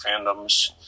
fandoms